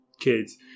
kids